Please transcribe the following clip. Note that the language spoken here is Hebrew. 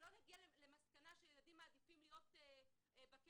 שלא נגיע למסקנה שילדים מעדיפים להיות בכלא,